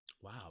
wow